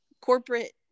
corporate